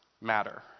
matter